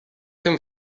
dem